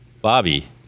Bobby